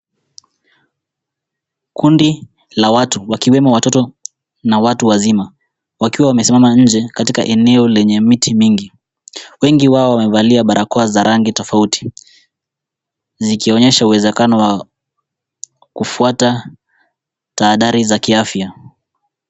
Kundi la watu wakiwemo watoto na watu wazima wakiwa wamesimama nje katika eneo lenye miti mingi. Wengi wao wamevalia barakoa za rangi tofauti zikionyesha uwezekano wa kufuata tahadhari za kiafya.